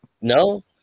No